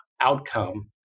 outcome